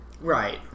Right